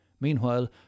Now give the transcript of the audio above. Meanwhile